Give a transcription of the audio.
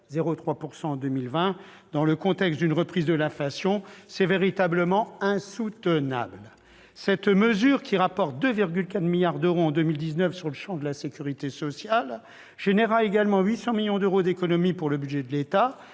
et en 2020. Dans le contexte d'une reprise de l'inflation, c'est véritablement insoutenable. Cette mesure, qui rapportera, en 2019, 2,4 milliards d'euros dans le champ de la sécurité sociale, engendrera également 800 millions d'euros d'économie pour le budget de l'État,